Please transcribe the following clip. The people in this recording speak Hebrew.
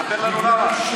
ספר לנו למה.